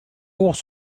was